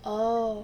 orh